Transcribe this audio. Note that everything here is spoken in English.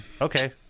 Okay